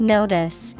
Notice